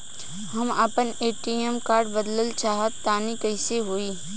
हम आपन ATM card बदलल चाह तनि कइसे होई?